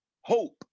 Hope